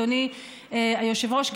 אדוני היושב-ראש,